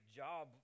job